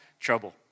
trouble